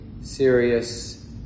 serious